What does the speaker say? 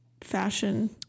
Fashion